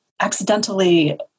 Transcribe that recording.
accidentally